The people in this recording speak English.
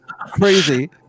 crazy